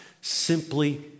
simply